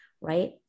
right